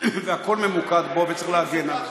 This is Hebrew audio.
והכול ממוקד בו, וצריך להגן עליו.